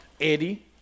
Eddie